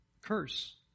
Curse